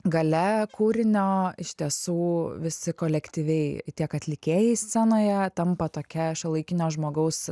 gale kūrinio iš tiesų visi kolektyviai tiek atlikėjai scenoje tampa tokia šiuolaikinio žmogaus